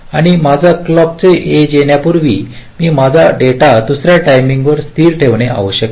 आणि माझ्या क्लॉक ची एज येण्यापूर्वी मी माझा डेटा दुसर्या टायमिंग स स्थिर ठेवणे आवश्यक आहे